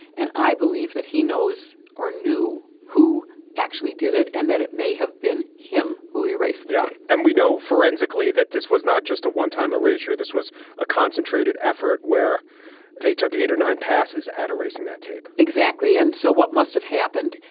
and i believe that he knows or knew who actually did it and that it may have been him who he raised yeah and we know forensically that this was not just a one time a ratio. this was a concentrated effort where they took eight or nine passes out of racing that tape exactly. and so what must have happened?